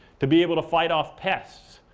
to be able to fight off pests,